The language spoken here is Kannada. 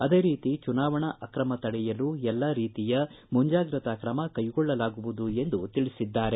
ಅದೇ ರೀತಿ ಚುನಾವಣಾ ಅಕ್ರಮ ತಡೆಯಲು ಎಲ್ಲಾ ರೀತಿಯ ಮುಂಜಾಗ್ರತಾ ಕ್ರಮ ಕೈಗೊಳ್ಳಲಾಗುವುದು ಎಂದು ತಿಳಿಸಿದ್ದಾರೆ